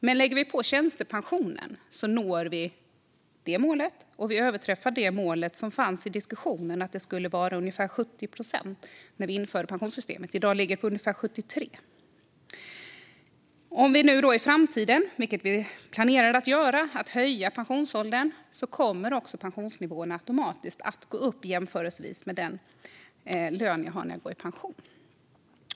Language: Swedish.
Men lägger man på tjänstepensionen når vi det målet, och vi överträffar det mål som fanns i diskussionen, att det skulle vara ungefär 70 procent när vi införde pensionssystemet. I dag ligger det på ungefär 73 procent. Om vi höjer pensionsåldern i framtiden, vilket vi planerar att göra, kommer också pensionsnivåerna automatiskt att gå upp i relation till den lön man har när man går i pension.